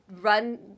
run